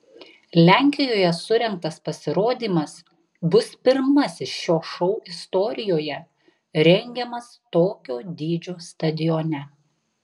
lenkijoje surengtas pasirodymas bus pirmasis šio šou istorijoje rengiamas tokio dydžio stadione